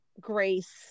grace